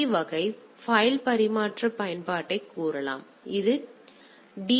B வகை file பரிமாற்ற பயன்பாட்டைக் கூறலாம் இது டி